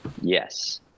Yes